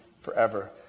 forever